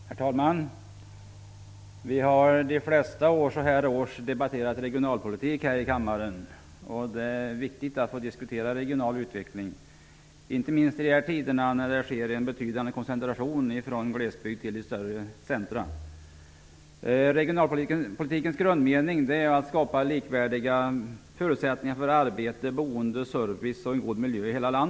Herr talman! Så här års, och så har det varit flertalet år, har vi debatterat regionalpolitik i denna kammare. Det är viktigt att få diskutera den regionala utvecklingen, inte minst i dessa tider då det sker en betydande koncentration från glesbygd till större centrum. Regionalpolitikens grundmening är ju att i hela landet skapa likvärdiga förutsättningar för arbete, boende, service och en god miljö.